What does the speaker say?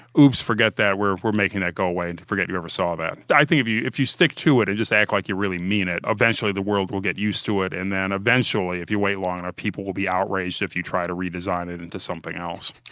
oops, forget that. we're we're making that go away and to forget you ever saw that. i think if you if you stick to it and just act like you really mean it, eventually the world will get used to it. and then eventually if you wait long enough, people will be outraged if you try to redesign it into something else